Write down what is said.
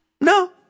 No